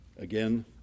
Again